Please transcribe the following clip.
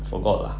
forgot lah